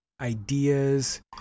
ideas